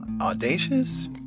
Audacious